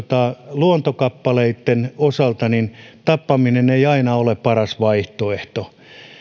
luontokappaleitten osalta tappaminen ei aina ole paras vaihtoehto